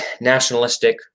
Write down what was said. nationalistic